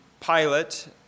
Pilate